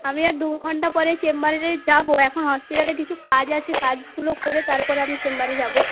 আমি আর দুঘণ্টা পরে চেম্বারে যাব এখন হসপিটালে কিছু কাজ আছে কাজগুলো করে তারপরে আমি চেম্বারে যাব